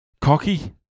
cocky